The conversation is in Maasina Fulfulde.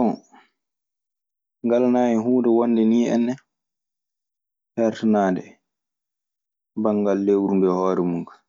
ngalanaa hen huunde wonde nii enne heertanaande banngal lewru nduu e hoore mun kaa.